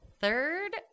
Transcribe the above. third